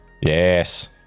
Yes